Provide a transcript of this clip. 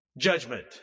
judgment